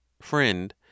FRIEND